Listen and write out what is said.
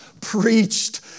preached